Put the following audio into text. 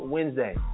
Wednesday